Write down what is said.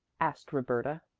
asked roberta.